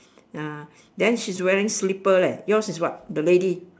ah then she's wearing slipper leh yours is what the lady